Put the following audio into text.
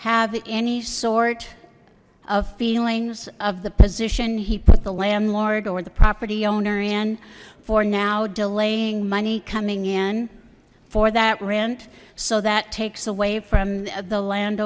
have any sort of feelings of the position he put the landlord or the property owner in for now delaying money coming in for that rent so that takes away from the land